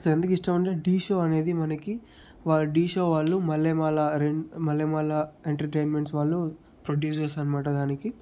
so ఎందుకు ఇష్టం అంటే ఢీ షో అనేది మనకి వాళ్ ఢీ షో వాళ్ళు మల్లెమాల రెం మల్లెమాల ఎంటర్టైన్మెంట్స్ వాళ్ళు ప్రొడ్యూసర్స్ అన్నమాట దానికి